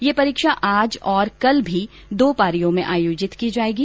यह परीक्षा आज तथा कल भी दो पारियों में आयोजित की जायेगी